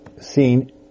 seen